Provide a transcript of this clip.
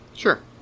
Sure